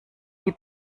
die